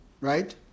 right